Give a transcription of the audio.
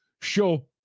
show